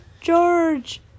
George